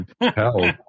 Hell